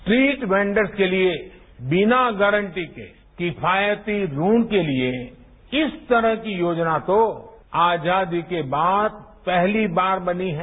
street vendors के लिए बिना गांरटी के किफायती ऋणों के लिए इस तरह की योजना तो आजादी के बाद पहली बार बनी है